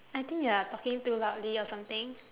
I think you are talking too loudly or something